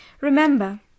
Remember